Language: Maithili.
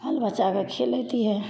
बालबच्चाकेँ खिलेतिए